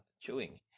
chewing